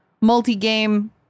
multi-game